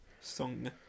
Song